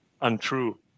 untrue